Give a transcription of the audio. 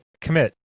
commit